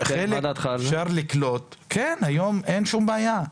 אפשר לקלוט, היום אין שום בעיה,